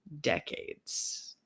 decades